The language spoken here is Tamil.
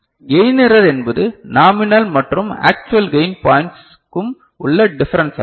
கெயின் எரர் என்பது நாமினல் மற்றும் ஆக்சுவல் கெயின் பாய்ண்ட்ஸ் இக்கும் உள்ள டிஃபரன்ஸ் ஆகும்